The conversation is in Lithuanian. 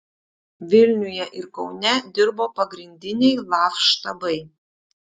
vilniuje ir kaune dirbo pagrindiniai laf štabai